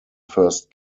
first